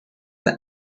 the